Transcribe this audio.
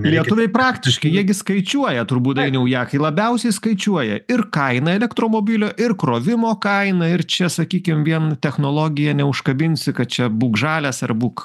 lietuviai praktiški jie gi skaičiuoja turbūt dainiau jakai labiausiai skaičiuoja ir kainą elektromobilio ir krovimo kainą ir čia sakykim vien technologija neužkabinsi kad čia būk žalias ar būk